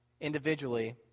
individually